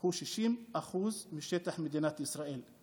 הוא 60% משטח מדינת ישראל.